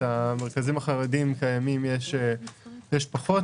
המרכזים החרדים קיימים - יש פחות.